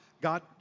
God